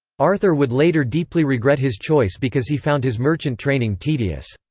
arthur would later deeply regret his choice because he found his merchant training tedious.